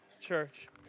Church